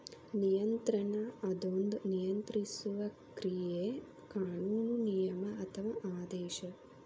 ನಿಯಂತ್ರಣ ಅದೊಂದ ನಿಯಂತ್ರಿಸುವ ಕ್ರಿಯೆ ಕಾನೂನು ನಿಯಮ ಅಥವಾ ಆದೇಶ